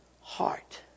heart